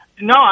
No